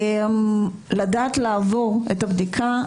לדעת לעבור את הבדיקה,